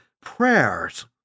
prayers